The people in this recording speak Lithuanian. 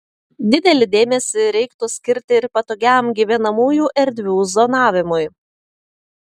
didelį dėmesį reiktų skirti ir patogiam gyvenamųjų erdvių zonavimui